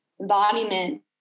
embodiment